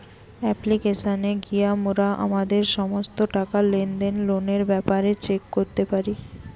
অ্যাপ্লিকেশানে গিয়া মোরা আমাদের সমস্ত টাকা, লেনদেন, লোনের ব্যাপারে চেক করতে পারি